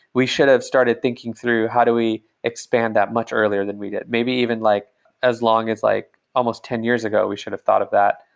we should've started thinking through how do we expand that much earlier than we did. maybe even like as long as like almost ten years ago we should've thought of that,